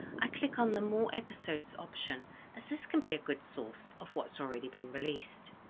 i click on the more episodes option as this can be a good source of what's already been released.